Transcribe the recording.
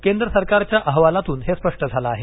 केंद्र सरकारच्या अहवालातून हे स्पष्ट झालं आहे